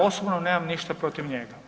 Osobno nemam ništa protiv njega.